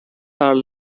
are